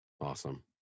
Awesome